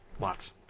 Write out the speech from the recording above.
Lots